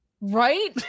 Right